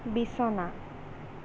বিছনা